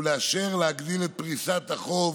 לאשר להגדיל את פריסת החוב